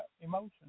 emotion